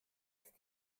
ist